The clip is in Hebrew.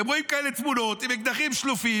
הם רואים כאלה תמונות עם אקדחים שלופים